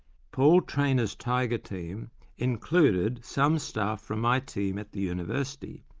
paul trainor's tiger team included some staff from my team at the university.